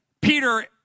Peter